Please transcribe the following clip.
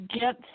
get